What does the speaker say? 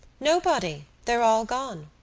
nobody. they're all gone.